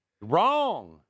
wrong